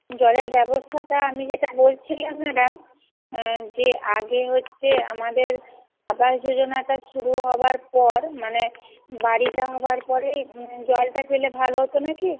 জলের ব্যবস্থাটা আমি যেটা বলছিলাম ম্যাডাম যে আগে হচ্ছে আমাদের আবাস যোজনাটা শুরু হবার পর মানে বাড়িটা হওয়ার পরেই জলটা পেলে ভালো হতো নাকি